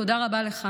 תודה רבה לך,